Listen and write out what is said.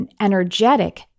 energetic